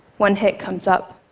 one hit comes up.